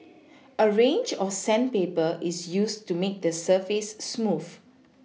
a range of sandpaper is used to make the surface smooth